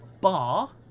bar